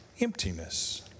Emptiness